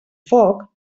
foc